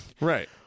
Right